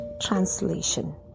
Translation